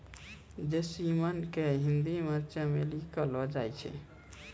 jasmine के हिंदी मे चमेली कहलो जाय छै